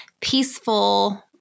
peaceful